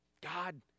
God